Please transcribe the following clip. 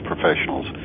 professionals